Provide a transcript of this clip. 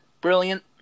Brilliant